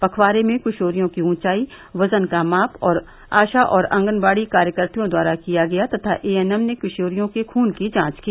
पखवारे में किशोरियों की ऊंचाई वजन का माप आशा और आंगनबाड़ी कार्यकत्रियों द्वारा दिया गया तथा एएनएम ने किशोरियों के खून की जांच की